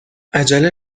عجله